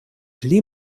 pli